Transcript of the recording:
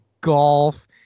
golf